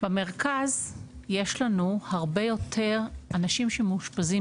במרכז יש לנו הרבה יותר אנשים שמאושפזים